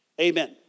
Amen